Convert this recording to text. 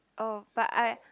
oh but I